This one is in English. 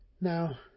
Now